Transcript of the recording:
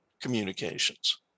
communications